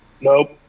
Nope